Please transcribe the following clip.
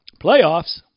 Playoffs